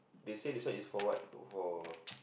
they say this one is for what for